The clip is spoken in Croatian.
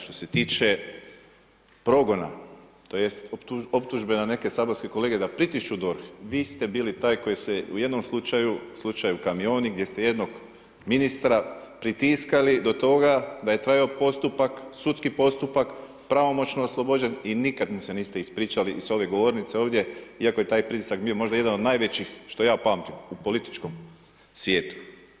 Što se tiče progona tj. optužbe na neke saborske kolege da pritišću DORH, vi ste bili taj koji se u jednom slučaju, slučaju kamioni, gdje ste jednog ministra pritiskali do toga da je trajao postupak, sudski postupak, pravomoćno oslobođen i nikad mu se niste ispričali i s ove govornice ovdje iako je taj pritisak bio možda jedan od najvećih što ja pamtim u političkom svijetu.